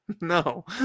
No